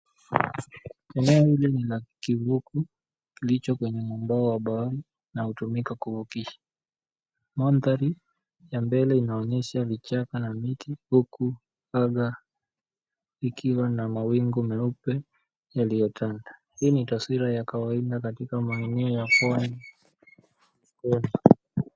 Eneo hili ni la kivuko kilicho kwenye mumbao wa bahari na hutumika kuvukisha. Mandhari ya mbele inaonyesha vichaka na miti huku weather ikiwa na mawingu meupe yaliyotanda. Hii ni taswira ya kawaida katika maeneo ya pwani.